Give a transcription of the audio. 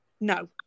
no